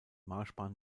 marschbahn